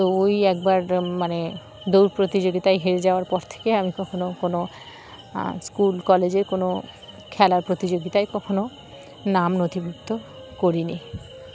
তো ওই একবার মানে দৌড় প্রতিযোগিতায় হেরে যাওয়ার পর থেকে আমি কখনও কোনো স্কুল কলেজে কোনো খেলার প্রতিযোগিতায় কখনো নাম নথিভুক্ত করিনি